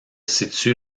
situe